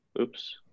Oops